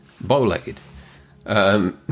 Bow-legged